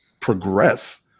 progress